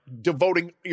devoting